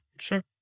Sure